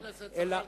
חבר הכנסת זחאלקה,